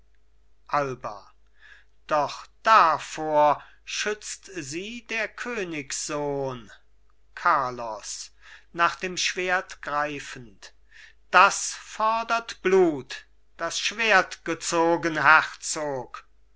alba doch davor schützt sie der königssohn carlos nach dem schwert greifend das fordert blut das schwert gezogen herzog